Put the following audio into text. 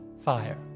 fire